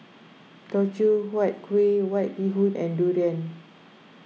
Teochew Huat Kuih White Bee Hoon and Durian